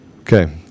Okay